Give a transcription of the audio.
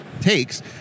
takes